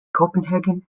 copenhagen